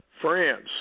France